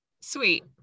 Sweet